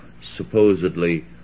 supposedly